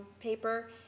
paper